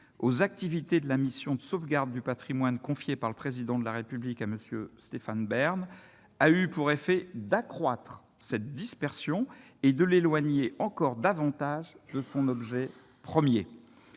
aux activités de la mission de sauvegarde du Patrimoine confiée par le président de la République à monsieur Stéphane Bern a eu pour effet d'accroître cette dispersion et de l'éloigner encore davantage de son objet 1er,